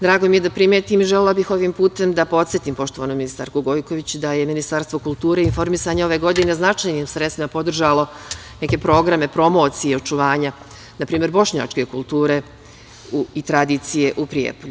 Drago mi je da primetim i želela bih ovim putem da podsetim poštovanu ministarku Gojković, da je Ministarstvo kulture i informisanja ove godine značajnim sredstvima podržalo neke programe promocije i očuvanja npr. bošnjačke kulture i tradicije u Prijepolju.